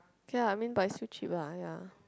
ya I mean but it's still cheap lah ya